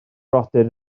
brodyr